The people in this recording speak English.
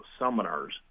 seminars